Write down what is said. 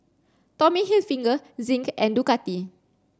Tommy Hilfiger Zinc and Ducati